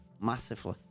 massively